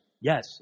Yes